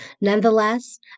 Nonetheless